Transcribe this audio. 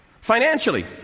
Financially